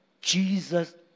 Jesus